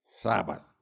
Sabbath